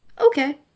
Okay